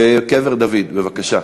קבר דוד, בבקשה.